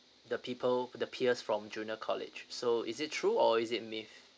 the people the peers from junior college so is it true or is it myth